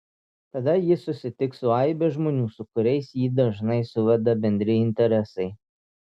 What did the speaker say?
tada jis susitiks su aibe žmonių su kuriais jį dažnai suveda bendri interesai